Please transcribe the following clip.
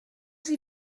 sie